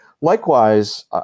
Likewise